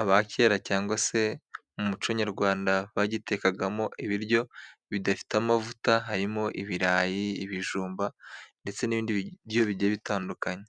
aba kera cyangwa se mu muco nyarwanda bagitekagamo ibiryo bidafite amavuta harimo ibirayi, ibijumba, ndetse n'ibindiryo bijya bitandukanye.